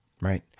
Right